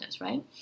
right